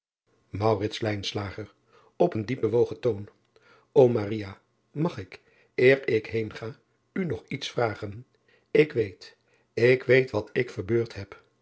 een diep bewogen toon ch mag ik eer ik heenga u nog iets vragen k weet ik weet wat ik verbeurd heb